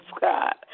God